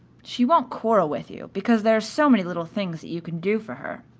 she won't quarrel with you, because there are so many little things that you can do for her.